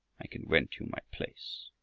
i can rent you my place,